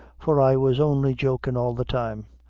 for i was only jokin' all the time.